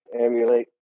emulate